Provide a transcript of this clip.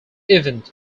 event